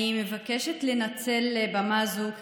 אני מבקשת לנצל במה זו,